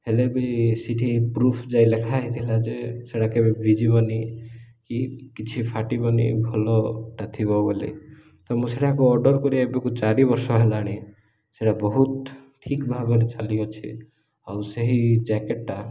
ହେଲେ ବି ସେଇଠି ପ୍ରୁଫ୍ ଯାଇ ଲେଖାହୋଇଥିଲା ଯେ ସେଇଟା କେବେ ଭିଜିବନି କି କିଛି ଫାଟିବନି ଭଲଟା ଥିବ ବୋଲି ତ ମୁଁ ସେଟାକୁ ଅର୍ଡ଼ର୍ କରି ଏବେକୁ ଚାରି ବର୍ଷ ହେଲାଣି ସେଇଟା ବହୁତ ଠିକ୍ ଭାବରେ ଚାଲିଅଛି ଆଉ ସେହି ଜ୍ୟାକେଟ୍ଟା